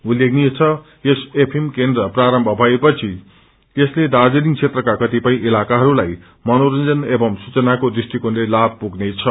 उल्लेखनीय छ यस एफएम केन्द्र प्रारम्थ भएपछि यसले दार्जीलिङ क्षेत्रका कतिपय इताकाइस्लाई मनोरंजन एवं सूचनाको दृष्टिकोणले लाथ पुग्ने छ